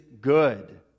good